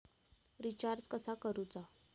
Recharge कसा करूचा?